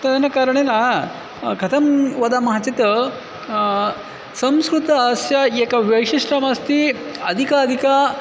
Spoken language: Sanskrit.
तदनु कारणेन कतं वदामः चेत् संस्कृतस्य एक वैशिष्ट्यमस्ति अधिकाधिकं